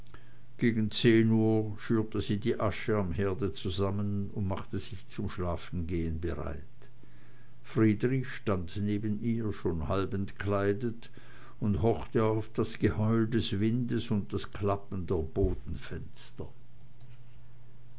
gegen zehn uhr schürte sie die asche am herde zusammen und machte sich zum schlafengehen bereit friedrich stand neben ihr schon halb entkleidet und horchte auf das geheul des windes und das klappen der